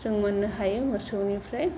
जों मोननो हायो मोसौनिफ्राय